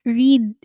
read